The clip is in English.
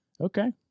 Okay